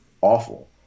awful